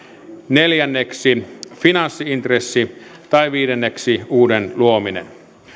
neljänneksi finanssi intressi tai viidenneksi uuden luominen